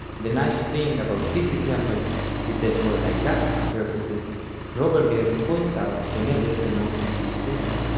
the nice thing about this example is that for didactic purposes froberger points out whenever the motif is there.